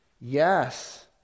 Yes